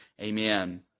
amen